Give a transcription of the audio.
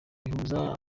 bihuza